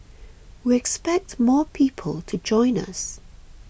we expect more people to join us